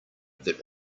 that